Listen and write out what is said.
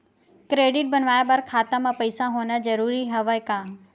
Credit बनवाय बर खाता म पईसा होना जरूरी हवय का?